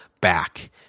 back